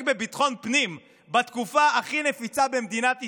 בביטחון פנים בתקופה הכי נפיצה במדינת ישראל,